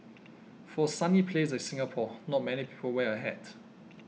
for a sunny place like Singapore not many people wear a hat